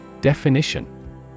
Definition